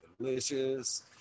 delicious